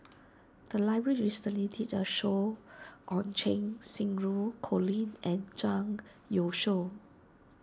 the library recently did a show on Cheng Xinru Colin and Zhang Youshuo